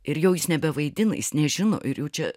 ir jau jis nebevaidina jis nežino ir jau čia